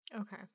Okay